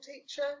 teacher